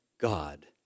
God